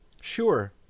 Sure